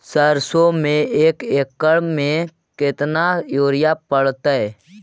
सरसों में एक एकड़ मे केतना युरिया पड़तै?